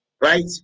right